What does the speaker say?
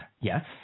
Yes